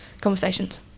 conversations